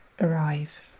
arrive